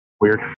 Weird